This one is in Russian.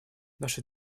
наша